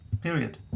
period